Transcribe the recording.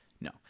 No